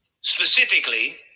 specifically